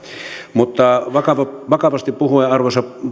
mutta vakavasti vakavasti puhuen arvoisa